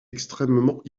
extrêmement